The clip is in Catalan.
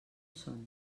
són